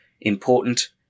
important